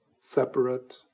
separate